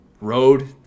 Road